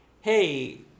hey